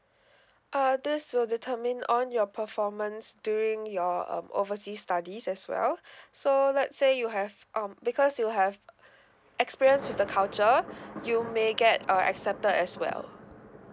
uh this will determine on your performance during your um oversea studies as well so let's say you have um because you have experience with the culture you may get uh accepted as well